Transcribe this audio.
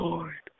Lord